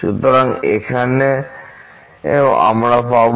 সুতরাং এখানেও আমরা পাব